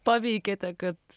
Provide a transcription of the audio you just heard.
paveikiate kad